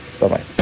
Bye-bye